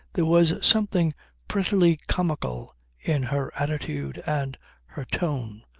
there was something prettily comical in her attitude and her tone,